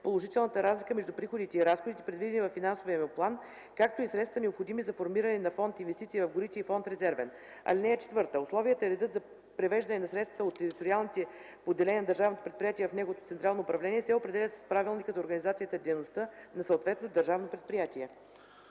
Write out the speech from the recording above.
положителната разлика между приходите и разходите, предвидени във финансовия му план, както и средствата, необходими за формиране на фонд „Инвестиции в горите” и фонд „Резервен”. (4) Условията и редът за превеждане на средствата от териториалните поделения на държавното предприятие в неговото централно управление, се определят с правилника за организацията и дейността на съответното държавно предприятие.”